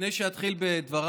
לפני שאני אתחיל בדבריי